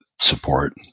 support